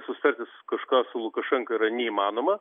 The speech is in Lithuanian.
susitarti kažką su lukašenka yra neįmanoma